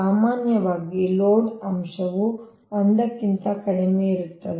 ಆದ್ದರಿಂದ ಸಾಮಾನ್ಯವಾಗಿ ಲೋಡ್ ಅಂಶವು 1 ಕ್ಕಿಂತ ಕಡಿಮೆಯಿರುತ್ತದೆ